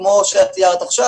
כמו שעכשיו,